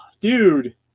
dude